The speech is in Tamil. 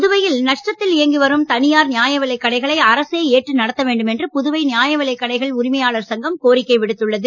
புதுவையில் நஷ்டத்தில் இயங்கி வரும் தனியார் நியாயவிலைக் கடைகளை அரசே ஏற்று நடத்த வேண்டும் என்று புதுவை நியாயவிலைக் கடைகள் உரிமையாளர்கள் சங்கம் கோரிக்கைவிடுத்துள்ளது